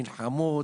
מלחמות.